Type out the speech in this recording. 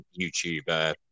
YouTube